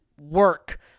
work